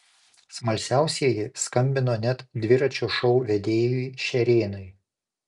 smalsiausieji skambino net dviračio šou vedėjui šerėnui